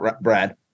Brad